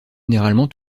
généralement